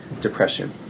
depression